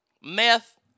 meth